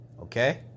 Okay